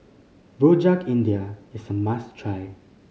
Rojak India is a must try